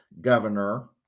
governor